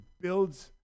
builds